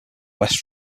west